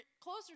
closer